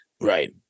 Right